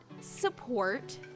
support